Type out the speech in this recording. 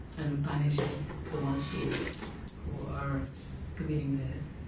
and punishing the ones who who are committing this.